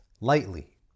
lightly